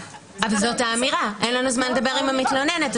זאת האמירה אין לנו זמן לדבר עם המתלוננת,